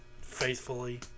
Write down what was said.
faithfully